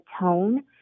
tone